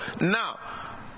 now